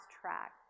track